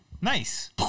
Nice